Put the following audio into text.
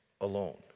alone